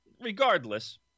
regardless